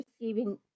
receiving